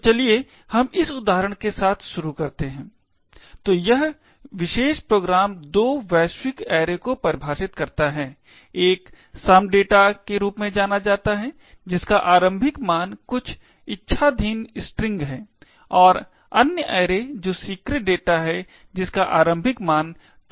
तो चलिए हम इस उदाहरण के साथ शुरू करते है तो यह विशेष प्रोग्राम दो वैश्विक ऐरे को परिभाषित करता है एक some data के रूप में जाना जाता है जिसका आरंभिक मान कुछ इच्छाधीन स्ट्रिंग है और अन्य ऐरे जो secret data है जिसका आरंभिक मान topsecret है